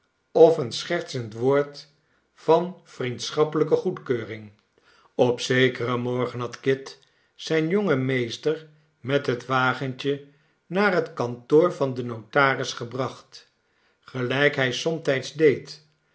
of een schertsend woord van vriendschappelijke goedkeuring op zekeren morgen had kit zijn jongen meester met het wagentje naar het kantoor van den notaris gebracht gelijk hij somtijds